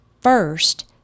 first